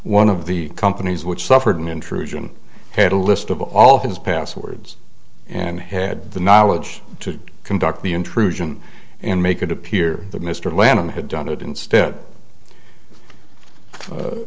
one of the companies which suffered an intrusion had a list of all his passwords and had the knowledge to conduct the intrusion and make it appear that mr landon had done it instead